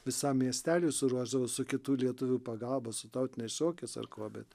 visam miesteliui suruošdavo su kitų lietuvių pagalba su tautiniais šokiais ar kuo bet